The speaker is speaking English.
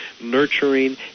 nurturing